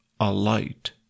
alight